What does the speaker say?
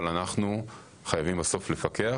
אבל אנחנו חייבים לפקח.